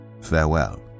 Farewell